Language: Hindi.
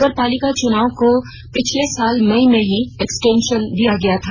नगर पालिका चुनाव को पिछले साल मई में ही एक्सटेशन दिया गया था